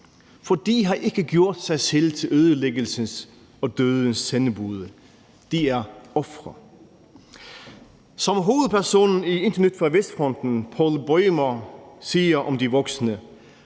for de har ikke gjort sig selv til ødelæggelsens og dødens sendebude – de er ofre. Som hovedpersonen i »Intet Nyt fra Vestfronten«, Paul Bäumer, siger om de voksne: